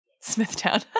smithtown